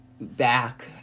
back